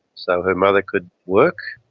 so her mother could work.